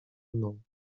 mną